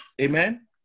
amen